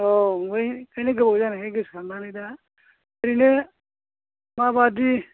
औ ओमफ्राय बेनिखायनो गोबाव जानायखाय गोसोखांनानै दा ओरैनो माबायदि